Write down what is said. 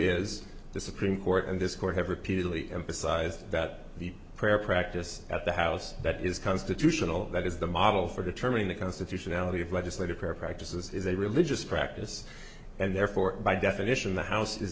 is the supreme court and this court have repeatedly emphasized that the prayer practice at the house that is constitutional that is the model for determining the constitutionality of legislative prayer practices is a religious practice and therefore by definition the house is